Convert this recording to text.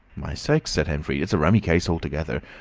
my sakes! said henfrey. it's a rummy case altogether.